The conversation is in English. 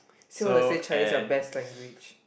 so let's say Chinese your best language